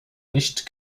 nicht